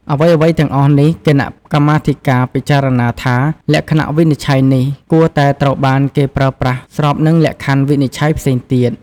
អ្វីៗទាំងអស់នេះគណៈកម្មាធិការ ពិចារណាថា លក្ខណវិនិច្ឆ័យនេះ គួរតែត្រូវបានគេប្រើប្រាស់ស្របនឹងលក្ខណវិនិច្ឆ័យផ្សេងទៀត។